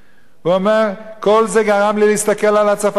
והוא אומר: כל זה גרם לי להסתכל על הצפת החרדים